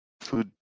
food